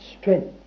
strength